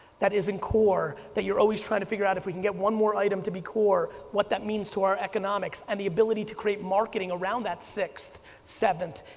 that isn't core, that you're always trying to figure out if we can get one more item to the core, what that means to our economics and the ability to create marketing around that sixth, seventh,